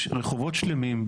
יש רחובות שלמים,